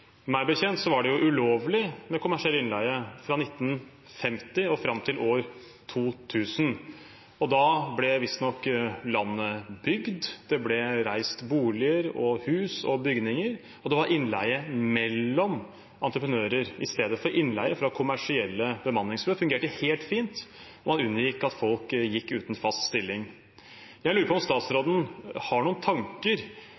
Meg bekjent var det ulovlig med kommersiell innleie fra 1950 og fram til år 2000. Da ble visstnok landet bygd. Det ble reist boliger, hus og bygninger, og det var innleie mellom entreprenører istedenfor innleie fra kommersielle bemanningsbyrå. Det fungerte helt fint, og man unngikk at folk gikk uten fast stilling. Jeg lurer på om